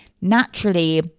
naturally